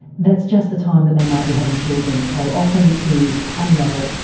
that's just the time that they might be having children. and so often careers unravel,